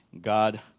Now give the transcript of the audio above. God